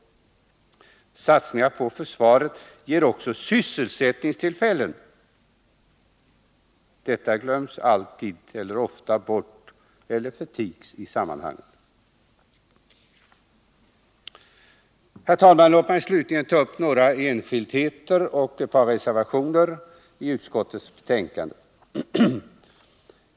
Satsningar på försvaret ger också sysselsättningstillfällen. Detta glöms också bort eller förtigs i sammanhanget. Herr talman! Låt mig slutligen ta upp några enskildheter och ett par reservationer i utskottets betänkande!